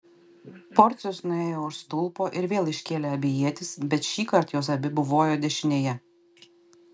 porcijus nuėjo už stulpo ir vėl iškėlė abi ietis bet šįkart jos abi buvojo dešinėje